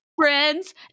friends